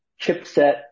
chipset